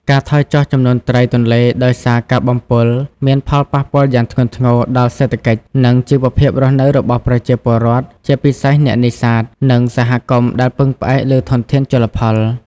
ការថយចុះចំនួនត្រីទន្លេដោយសារការបំពុល មានផលប៉ះពាល់យ៉ាងធ្ងន់ធ្ងរដល់សេដ្ឋកិច្ច និងជីវភាពរស់នៅរបស់ប្រជាពលរដ្ឋ ជាពិសេសអ្នកនេសាទ និងសហគមន៍ដែលពឹងផ្អែកលើធនធានជលផល។